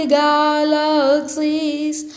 galaxies